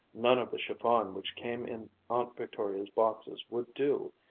none of the chiffon which came in aunt victoria's boxes would do.